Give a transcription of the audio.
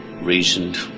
reasoned